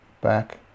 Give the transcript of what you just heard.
back